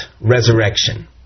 resurrection